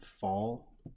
fall